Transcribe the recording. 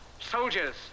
Soldiers